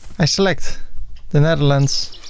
i select the netherlands.